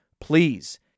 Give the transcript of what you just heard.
please